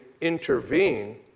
intervene